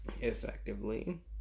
effectively